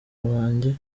banjye